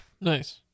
Nice